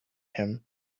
him